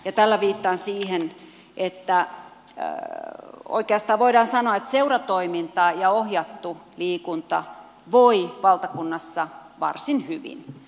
ja tällä viittaan siihen että oikeastaan voidaan sanoa että seuratoiminta ja ohjattu liikunta voi valtakunnassa varsin hyvin